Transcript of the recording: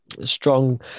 strong